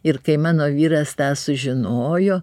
ir kai mano vyras tą sužinojo